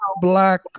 black